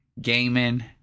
gaming